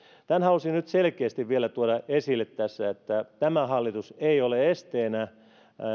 tämän halusin nyt selkeästi vielä tuoda esille tässä että tämä hallitus ei ole esteenä